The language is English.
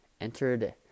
entered